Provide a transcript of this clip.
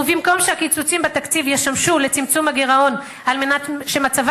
ובמקום שהקיצוצים בתקציב ישמשו לצמצום הגירעון על מנת שמצבה